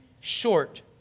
short